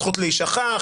הזכות להישכח,